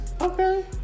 Okay